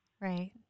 Right